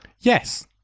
Yes